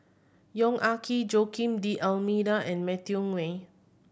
Yong Ah Kee Joaquim D'Almeida and Matthew